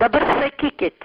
dabar sakykit